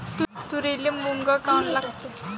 तुरीले घुंग काऊन लागते?